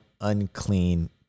unclean